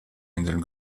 inseln